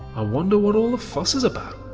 i wonder what all the fuss is about?